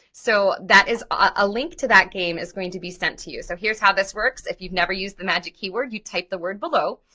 so that is a link to that game is going to be sent to you, so here's how this works, if you've never used the magic keyword, you type the word in below,